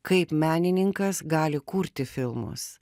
kaip menininkas gali kurti filmus